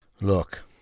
Look